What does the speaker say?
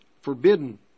Forbidden